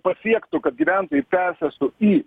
pasiektų kad gyventojų persėstų į